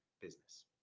business